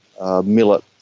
millet